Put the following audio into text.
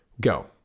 Go